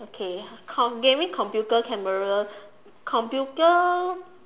okay comp~ gaming computer camera computer